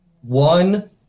One